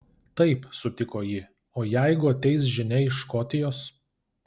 taip sutiko ji o jeigu ateis žinia iš škotijos